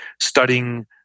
studying